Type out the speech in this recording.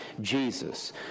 Jesus